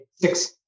six